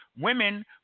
women